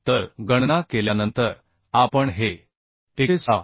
तर गणना केल्यानंतर आपण हे 116